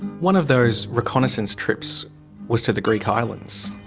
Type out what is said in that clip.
one of those reconnaissance trips was to the greek islands.